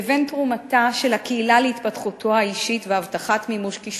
תרומתה של הקהילה להתפתחותו האישית והבטחת מימוש כישוריו,